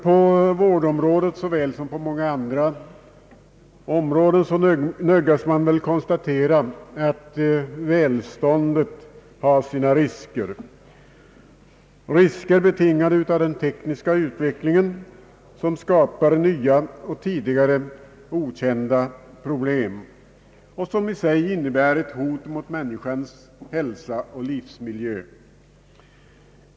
På vårdområdet såväl som på många andra områden nödgas man väl konstatera att välståndet har sina risker, betingade av den tekniska utvecklingen, som skapar nya och tidigare okända problem och som innebär ett hot mot människans hälsa och livsmiljö.